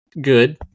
good